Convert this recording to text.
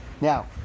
Now